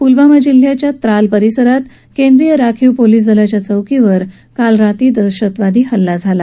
पुलवामा जिल्ह्याच्या त्राल परिसरात केंद्रीय राखीव पोलीस दलाच्या चौकीवर काल रात्री दहशतवादी हल्ला झाला